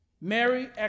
Mary